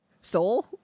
soul